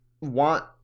want